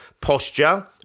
posture